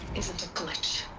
isn't a glitch!